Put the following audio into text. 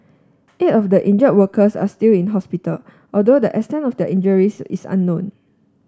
eight of the injured workers are still in hospital although the extent of their injuries is unknown